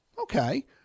Okay